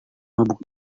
mabuk